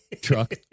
truck